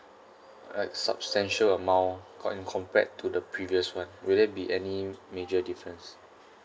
like substantial amount go and compared to the previous one will there be any major difference